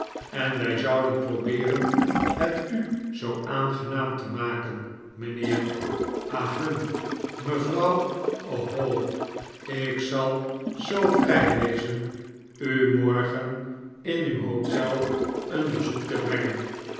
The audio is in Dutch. en wij zouden probeeren het u zoo aangenaam te maken mijnheer ahem mevrouw oho ik zal zoo vrij wezen u morgen in uw hotel een bezoek te brengen